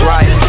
Right